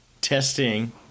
testing